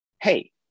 hey